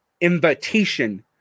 invitation